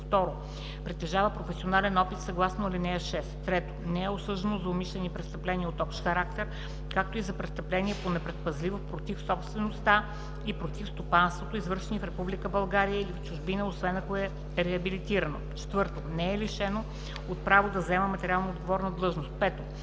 2. притежава професионален опит съгласно ал. 6; 3. не е осъждано за умишлени престъпления от общ характер, както и за престъпления по непредпазливост против собствеността и против стопанството, извършени в Република България или в чужбина, освен ако е реабилитирано; 4. не е лишено от правото да заема материалноотговорна длъжност; 5.